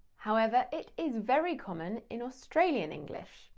however, it is very common in australian english.